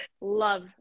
Love